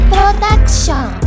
Production